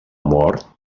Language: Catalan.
mort